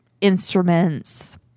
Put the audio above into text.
instruments